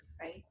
right